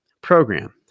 program